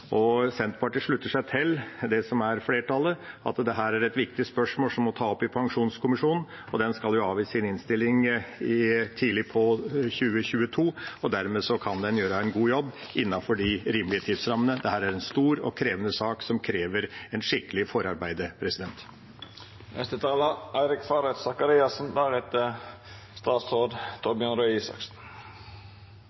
Senterpartiet slutter seg til flertallet om at dette er et viktig spørsmål som må tas opp i pensjonskommisjonen. Den skal avgi sin innstilling tidlig i 2022, og dermed kan den gjøre en god jobb innenfor de rimelige tidsrammene. Dette er en stor og krevende sak, som krever et skikkelig